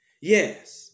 Yes